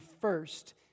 first